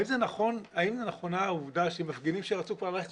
האם נכונה העובדה שמפגינים שרצו כבר ללכת